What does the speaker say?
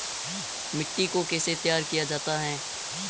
मिट्टी को कैसे तैयार किया जाता है?